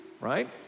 right